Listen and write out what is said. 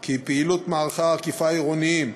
כי פעילות מערכי האכיפה העירוניים